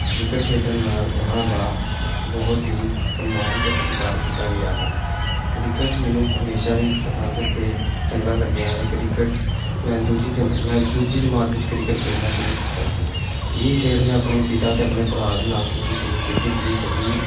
cricket ਖੇਡਣ ਨਾਲ ਉਹਨਾਂ ਦਾ ਬਹੁਤ ਹੀ ਸਨਮਾਨ ਅਤੇ ਸਤਿਕਾਰ ਕੀਤਾ ਗਿਆ ਹੈ ਕ੍ਰਿਕਟ ਮੈਨੂੰ ਹਮੇਸ਼ਾ ਹੀ ਪਸੰਦ ਅਤੇ ਚੰਗਾ ਲੱਗਿਆ ਹੈ ਕ੍ਰਿਕਟ ਮੈਂ ਦੂਜੀ 'ਚ ਮੈਂ ਦੂਜੀ ਜਮਾਤ ਵਿੱਚ ਕ੍ਰਿਕਟ ਖੇਡਣਾ ਸ਼ੁਰੂ ਕੀਤਾ ਸੀ ਇਹ ਖੇਡ ਮੈਂ ਆਪਣੇ ਪਿਤਾ ਅਤੇ ਆਪਣੇ ਭਰਾ ਦੇ ਨਾਲ ਖੇਡਣੀ ਸ਼ੁਰੂ ਕੀਤੀ ਸੀ ਅਤੇ ਇਹ